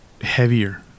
heavier